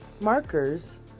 markers